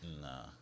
Nah